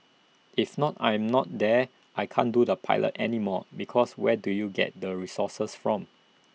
if not I'm not there I can't do the pilot anymore because where do you get the resources from